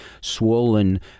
swollen